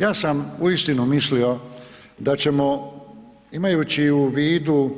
Ja sam uistinu mislio da ćemo imajući u vidu